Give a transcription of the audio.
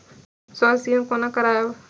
स्वास्थ्य सीमा कोना करायब?